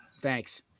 thanks